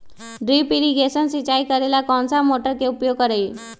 Drip irrigation सिंचाई करेला कौन सा मोटर के उपयोग करियई?